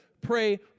pray